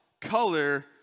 color